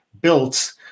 built